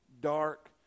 dark